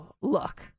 look